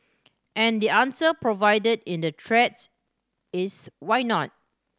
and the answer provided in the threads is why not